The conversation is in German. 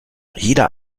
jeder